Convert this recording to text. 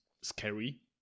scary